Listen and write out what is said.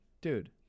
Dude